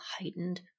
heightened